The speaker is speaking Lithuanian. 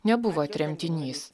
nebuvo tremtinys